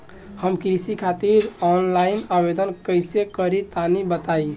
हम कृषि खातिर आनलाइन आवेदन कइसे करि तनि बताई?